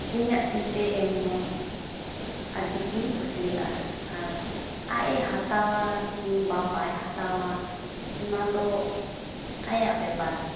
ᱤᱧᱟᱹᱜ ᱛᱤᱛᱮ ᱮᱢ ᱦᱚᱸ ᱟᱹᱰᱤᱜᱤᱧ ᱠᱩᱥᱤᱭᱟᱜᱼᱟ ᱟᱨ ᱟᱡ ᱮ ᱦᱟᱛᱟᱣᱟ ᱠᱤᱢᱵᱟ ᱵᱟᱭ ᱦᱟᱛᱟᱣᱟ ᱚᱱᱟᱫᱚ ᱟᱭᱟᱜ ᱵᱮᱯᱟᱨ